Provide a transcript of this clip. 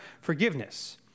forgiveness